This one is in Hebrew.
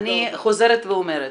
אני חוזרת ואומרת,